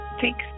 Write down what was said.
Thanks